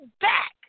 back